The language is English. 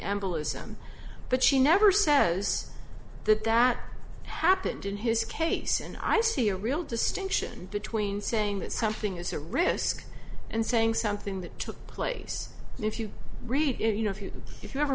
embolism but she never says that that happened in his case and i see a real distinction between saying that something is a risk and saying something that took place and if you read it you know if you if you ever